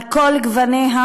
על כל גווניה,